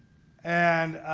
and